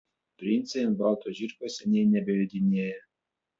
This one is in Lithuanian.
princai ant balto žirgo seniai nebejodinėja